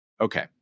Okay